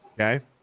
okay